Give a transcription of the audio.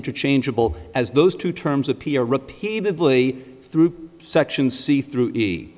interchangeable as those two terms appear repeatedly through section see through